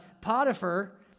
Potiphar